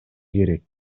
керек